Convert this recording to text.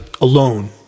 alone